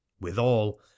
withal